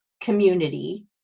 Community